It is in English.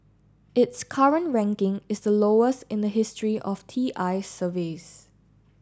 its current ranking is the lowest in the history of T I's surveys